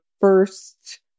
first